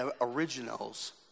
originals